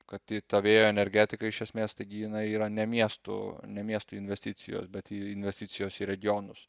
kad į tą vėjo energetiką iš esmės taigi jinai yra ne miestų ne miestų investicijos bet investicijos į regionus